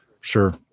sure